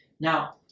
Now